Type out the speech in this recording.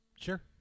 Sure